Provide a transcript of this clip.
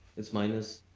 it's minus.